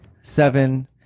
seven